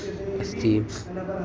अस्ति